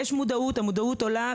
יש מודעות, היא עולה.